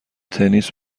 تنیس